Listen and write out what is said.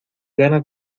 ganas